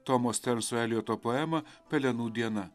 tomo sterso elijoto poemą pelenų diena